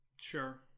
Sure